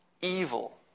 evil